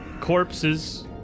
corpses